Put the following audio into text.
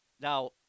Now